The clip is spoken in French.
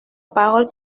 parole